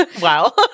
Wow